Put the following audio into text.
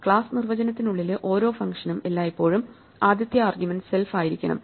class നിർവചനത്തിനുള്ളിലെ ഓരോ ഫംഗ്ഷനും എല്ലായ്പ്പോഴും ആദ്യത്തെ ആർഗ്യുമെന്റ് സെൽഫ് ആയിരിക്കണം